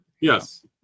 yes